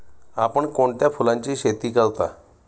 आपण कोणत्या फुलांची शेती करता?